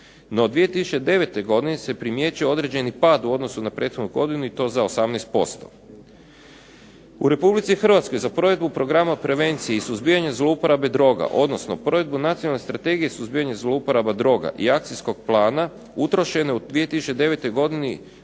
No, 2009. godine se primjećuje određeni pad u odnosu na prethodnu godinu i to za 18%. U RH za provedbu programa prevencije i suzbijanja zloporaba droga odnosno provedu Nacionalne strategije suzbijanja zlouporaba droga i Akcijskog plana utrošeno je u 2009. godinu